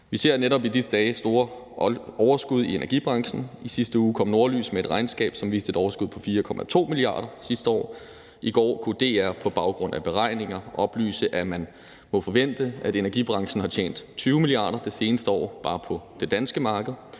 Vi ser netop i disse dage store overskud i energibranchen. I sidste uge kom Norlys med et regnskab, som viste et overskud på 4,2 mia. kr. sidste år. I går kunne DR på baggrund af beregninger oplyse, at man må forvente, at energibranchen har tjent 20 mia. kr. det seneste år bare på det danske marked,